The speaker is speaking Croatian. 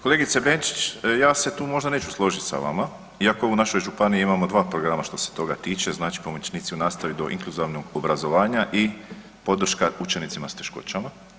Kolegice Benčić ja se tu možda neću složiti sa vama, iako u našoj županiji imamo dva programa što se toga tiče, znači pomoćnici u nastavi do inkluzovnog obrazovanja i podrška učenicima s teškoćama.